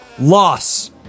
loss